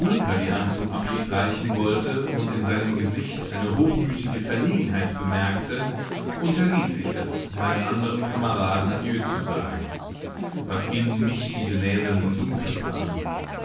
die hand zum abschied reichen wollte und in seinem gesicht eine hochmütige verlegenheit bemerkte unterließ ich es meinen anderen kameraden adieu zu sagen was gingen mich diese näselnden dummköpfe an